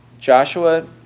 Joshua